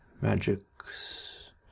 magics